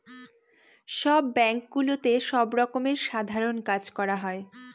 সব ব্যাঙ্কগুলোতে সব রকমের সাধারণ কাজ করা হয়